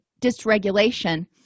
dysregulation